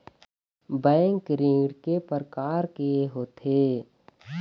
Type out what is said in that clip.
Bank ऋण के प्रकार के होथे?